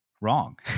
wrong